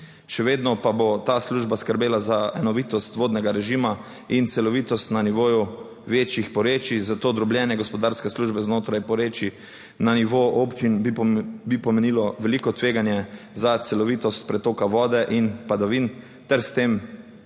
še vedno pa bo ta služba skrbela za enovitost vodnega režima in celovitost na nivoju večjih porečij. Zato drobljenje gospodarske službe znotraj porečij na nivoju občin bi pomenilo veliko tveganje za celovitost pretoka vode in padavin ter s tem